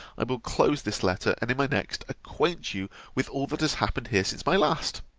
i will close this letter, and in my next, acquaint you with all that has happened here since my last.